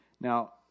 now